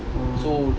oh